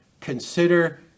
consider